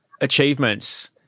achievements